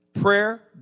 Prayer